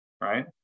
right